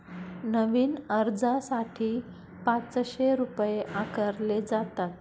नवीन अर्जासाठी पाचशे रुपये आकारले जातात